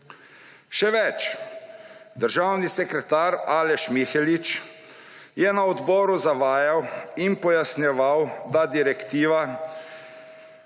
Še več, državni sekretar Aleš Mihelič je na odboru zavajal in pojasnjeval, da direktiva